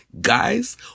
Guys